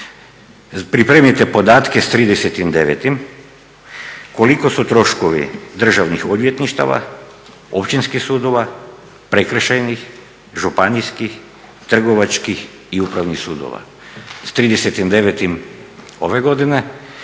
Pripremite podatke s 30.09., koliko su troškovi državnih odvjetništava, općinskih sudova, prekršajnih, županijskih, trgovačkih i upravnih sudova. S 30.09. ove godine,